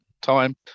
time